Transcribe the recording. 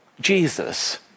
Jesus